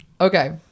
Okay